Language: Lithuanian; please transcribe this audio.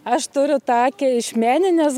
aš turiu tą akį iš meninės